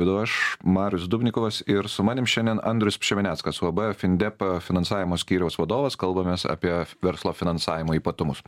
vedu aš marius dubnikovas ir su manim šiandien andrius pšemeneckas uab findep finansavimo skyriaus vadovas kalbamės apie verslo finansavimo ypatumus